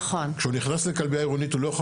כשהוא נכנס לכלבייה עירונית הוא לא יכול